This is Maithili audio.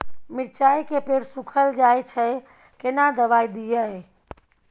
मिर्चाय के पेड़ सुखल जाय छै केना दवाई दियै?